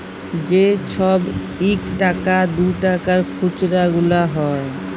যে ছব ইকটাকা দুটাকার খুচরা গুলা হ্যয়